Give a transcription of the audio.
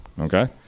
Okay